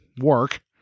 work